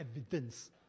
evidence